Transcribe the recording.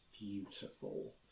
beautiful